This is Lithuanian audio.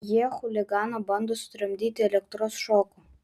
jie chuliganą bando sutramdyti elektros šoku